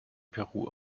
peru